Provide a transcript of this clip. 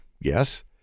Yes